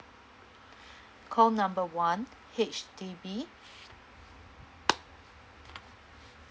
call number one H_D_B